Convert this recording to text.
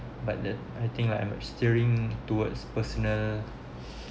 but the I think like I'm a steering towards personal